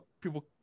people